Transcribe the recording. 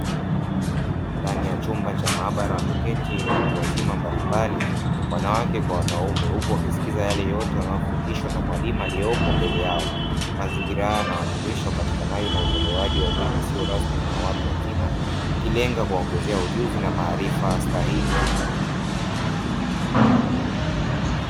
Ndani ya chumba cha maabara, wameketi watu wazima mbalimbali, wanawake kwa wanaume, huku wakisikiliza yale yote wanayofundishwa na mwalimu aliyopo mbele yao. Mazingira haya yanawakilisha upatikanaji na utolewaji wa elimu isiyo rasmi na ya watu wazima, ikilenga kuwaongezea ujuzi na maarifa stahiki.